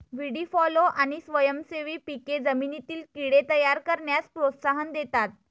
व्हीडी fallow आणि स्वयंसेवी पिके जमिनीतील कीड़े तयार करण्यास प्रोत्साहन देतात